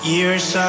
Years